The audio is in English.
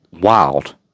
Wild